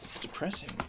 Depressing